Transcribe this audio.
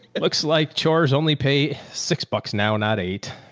it looks like chores only pay six bucks now not eight.